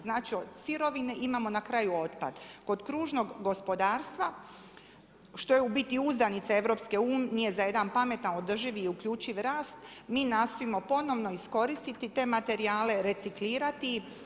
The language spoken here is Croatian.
Znači, od sirovine imamo na kraju otpad, od kružnog gospodarstva što je u biti uzdanica EU, za jedan pametan, održiv i uključiv rast, mi nastojimo ponovno iskoristiti te materijale, reciklirati.